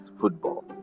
football